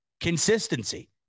Consistency